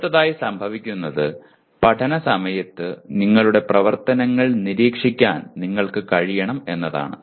അടുത്തതായി സംഭവിക്കുന്നത് പഠന സമയത്ത് നിങ്ങളുടെ പ്രവർത്തനങ്ങൾ നിരീക്ഷിക്കാൻ നിങ്ങൾക്ക് കഴിയണം എന്നതാണ്